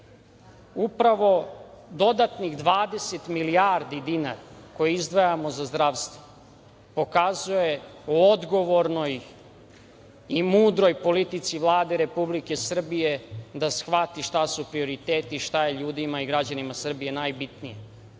dodatnih 20 milijardi dinara koje izdvajamo za zdravstvo pokazuje o odgovornoj i mudroj politici Vlade Republike Srbije da shvati šta su prioriteti, šta je ljudima i građanima Republike Srbije najbitnije,